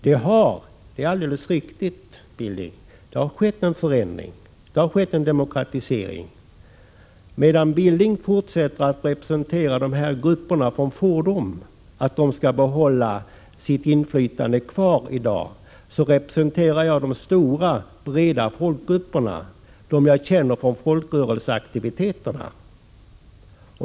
Det är alldeles riktigt, Knut Billing, att det har skett en demokratisering. Medan Knut Billing forsätter att representera grupperna från fordom och försöker åstadkomma att de skall få behålla sitt inflytande, representerar jag de stora breda folkgrupperna, dem som jag känner från folkrörelseaktiviteterna.